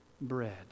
bread